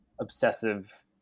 obsessive